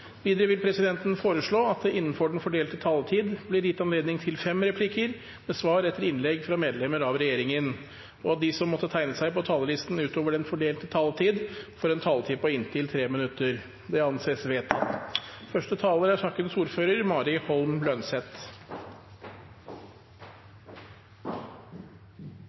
replikker med svar etter innlegg fra medlemmer av regjeringen, og at de som måtte tegne seg på talerlisten utover den fordelte taletid, får en taletid på inntil 3 minutter. – Det anses vedtatt. La meg først få takke komiteen for det gode samarbeidet i denne saken. Bustadoppføringslova er